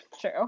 True